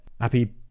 happy